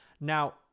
Now